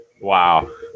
Wow